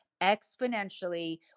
exponentially